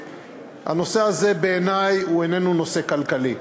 הנושא הזה, בעיני, הוא איננו נושא כלכלי.